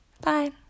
Bye